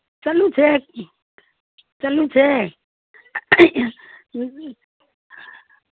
ꯆꯠꯂꯨꯁꯦ ꯆꯠꯂꯨꯁꯦ